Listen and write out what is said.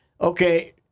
Okay